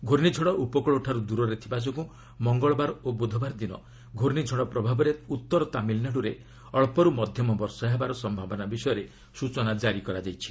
ଘୂର୍ଷିଝଡ଼ ଉପକୂଳଠାରୁ ଦୂରରେ ଥିବା ଯୋଗୁଁ ମଙ୍ଗଳବାର ଓ ବୁଧବାର ଦିନ ଘୂର୍ଷିଝଡ଼ ପ୍ରଭାବରେ ଉତ୍ତର ତାମିଲନାଡୁରେ ଅଞ୍ଚରୁ ମଧ୍ୟମ ବର୍ଷା ହେବାର ସମ୍ଭାବନା ବିଷୟରେ ସ୍ବଚନା କାରି କରାଯାଇଛି